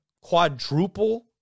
quadruple